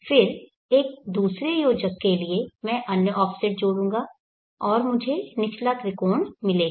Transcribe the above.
फिर एक दूसरे योजक के लिए मैं अन्य ऑफसेट जोड़ूंगा और मुझे निचला त्रिकोण मिलेगा